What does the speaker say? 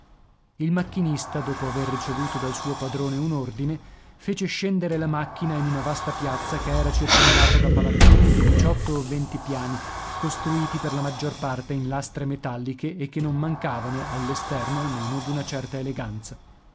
il macchinista dopo aver ricevuto dal suo padrone un ordine fece scendere la macchina in una vasta piazza che era circondata da palazzoni di diciotto o venti piani costruiti per la maggior parte in lastre metalliche e che non mancavano all'esterno almeno d'una certa eleganza